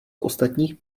ostatních